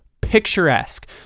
picturesque